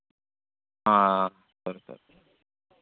ആ sorry sir